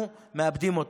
אנחנו מאבדים אותו.